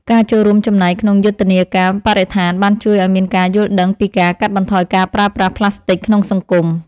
ការចូលរួមចំណែកក្នុងយុទ្ធនាការបរិស្ថានបានជួយឱ្យមានការយល់ដឹងពីការកាត់បន្ថយការប្រើប្រាស់ប្លាស្ទិកក្នុងសង្គម។